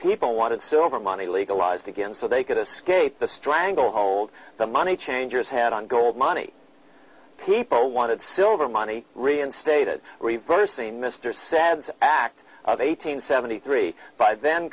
people wanted silver money legalized again so they could escape the stranglehold the money changers had on gold money people wanted silver money reinstated reversing mr sads act of eight hundred seventy three by then